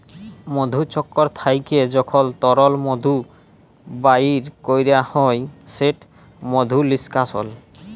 মধুচক্কর থ্যাইকে যখল তরল মধু বাইর ক্যরা হ্যয় সেট মধু লিস্কাশল